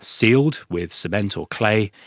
sealed with cement or clay,